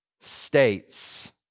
States